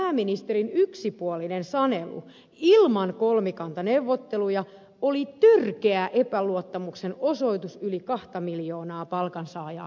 ensinnäkin pääministerin yksipuolinen sanelu ilman kolmikantaneuvotteluja oli törkeä epäluottamuksen osoitus yli kahta miljoonaa palkansaajaa kohtaan